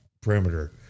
perimeter